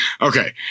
Okay